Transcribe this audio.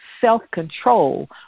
self-control